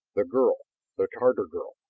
the girl the tatar girl!